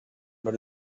but